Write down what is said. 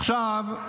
עכשיו,